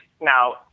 Now